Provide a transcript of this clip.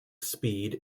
speed